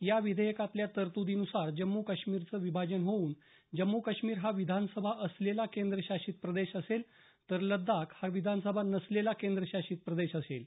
या विधेयकातल्या तर्तुदींनुसार जम्मू काश्मीरचं विभाजन होऊन जम्मू काश्मीर हा विधानसभा असलेला केंद्रशासीत प्रदेश असेल तर लद्दाख हा विधानसभा नसलेला केंद्रशासीत प्रदेश असेल